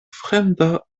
fremda